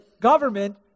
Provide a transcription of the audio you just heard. government